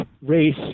race